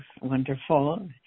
wonderful